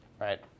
right